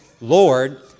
Lord